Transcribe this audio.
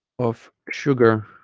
of sugar